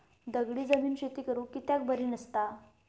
दगडी जमीन शेती करुक कित्याक बरी नसता?